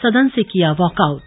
सदन से किया वॉकआउट